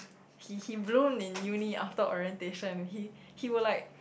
he he blown in uni after orientation he he were like